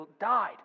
died